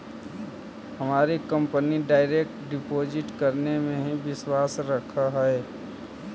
हमारी company direct deposit करने में ही विश्वास रखअ हई